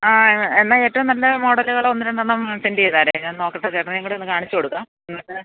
ആ എന്നാൽ ഏറ്റവും നല്ല മോഡലുകൾ ഒന്ന് രണ്ടെണ്ണം സെന്റ് ചെയ്തേരേ ഞാൻ നോക്കട്ടെ ചേട്ടനേയും കൂടെ ഒന്ന് കാണിച്ച് കൊടുക്കാം എന്നിട്ട്